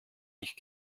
nicht